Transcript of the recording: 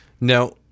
Now